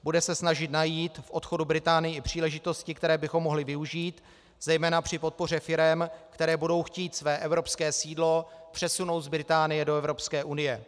Bude se snažit najít v odchodu Británie i příležitosti, které bychom mohli využít zejména při podpoře firem, které budou chtít své evropské sídlo přesunout z Británie do Evropské unie.